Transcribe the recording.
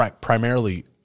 primarily